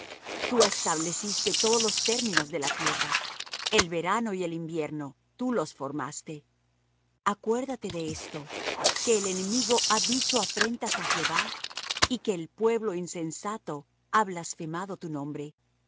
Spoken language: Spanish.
tú estableciste todos los términos de la tierra el verano y el invierno tú los formaste acuerdáte de esto que el enemigo ha dicho afrentas á jehová y que el pueblo insensato ha blasfemado tu nombre no